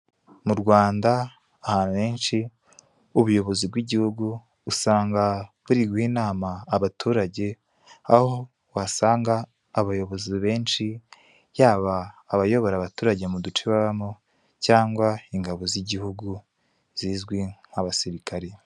Mu Rwanda ahantu henshi ubuyobozi bw'igihugu, usanga buri guha inama abaturage, aho wasanga abayobozi benshi, yaba abayobora abaturage mu duce babamo cyangwa ingabo z'igihugu zizwi nk'abasirikari.